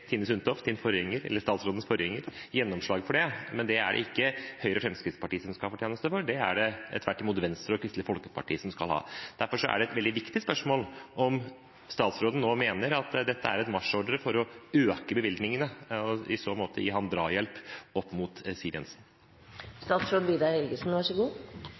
gjennomslag for det. Men det er ikke Høyre og Fremskrittspartiet som skal ha den fortjenesten, det er det tvert imot Venstre og Kristelig Folkeparti som skal ha. Derfor er det et veldig viktig spørsmål om statsråden nå mener at dette er en marsjordre for å øke bevilgningene, og i så måte gi ham drahjelp mot Siv Jensen.